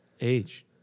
age